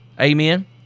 Amen